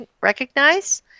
recognize